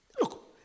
Look